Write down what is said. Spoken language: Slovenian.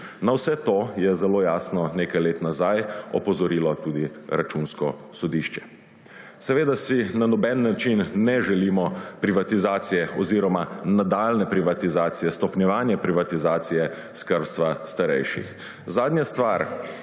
Na vse to je zelo jasno nekaj let nazaj opozorilo tudi Računsko sodišče. Seveda si na noben način ne želimo privatizacije oziroma nadaljnje privatizacije, stopnjevanje privatizacije skrbstva starejših. Zadnja stvar,